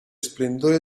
splendore